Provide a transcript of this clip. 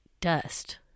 dust